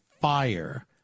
fire